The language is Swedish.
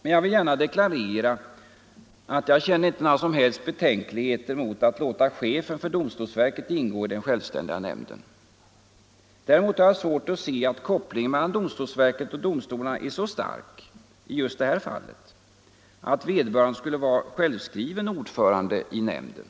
Men jag vill gärna deklarera att jag inte hyser några som helst betänkligheter mot att låta chefen för domstolsverket ingå i den självständiga nämnden. Däremot har jag svårt att se att kopplingen mellan domstolsverket och domstolarna är så stark i just det här fallet att vederbörande skulle vara självskriven ordförande i nämnden.